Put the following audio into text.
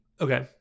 okay